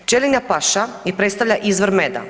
Pčelinja paša predstavlja izvor meda.